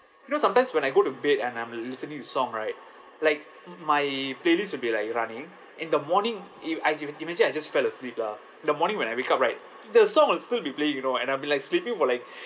you know sometimes when I go to bed and I'm listening to song right like my playlist will be like running in the morning i~ I ju~ imagine I just fell asleep lah the morning when I wake up right the song will still be playing you know and I've been like sleeping for like